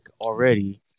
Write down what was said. already